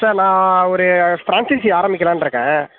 sir நான் ஒரு franchisee ஆரமிக்கலாம்ன்ருக்கேன்